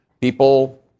People